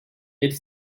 its